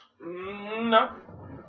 No